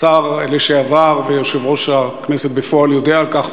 השר לשעבר ויושב-ראש הכנסת בפועל יודע על כך,